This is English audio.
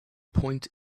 point